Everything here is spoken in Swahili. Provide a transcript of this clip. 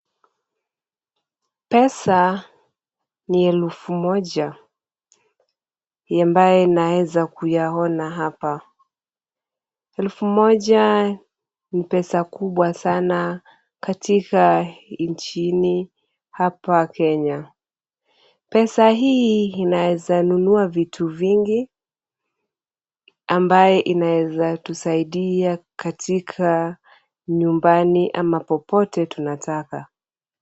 Pesa ni elfu moja ambayo inaweza kuyaona hapa. Elfu moja ni pesa kubwa sana katika nchini hapa Kenya. Pesa hii inaweza nunua vitu vingi ambaye inaweza tusaidia katika nyumbani au popote tunataka.